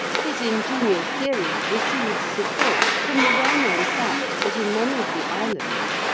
his ingenious theory receives support from the well-known fact that in many of the islands,